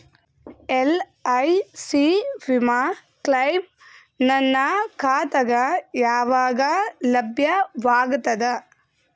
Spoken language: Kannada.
ಎಲ್.ಐ.ಸಿ ವಿಮಾ ಕ್ಲೈಮ್ ನನ್ನ ಖಾತಾಗ ಯಾವಾಗ ಲಭ್ಯವಾಗತದ?